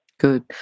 Good